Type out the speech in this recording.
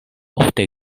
ofte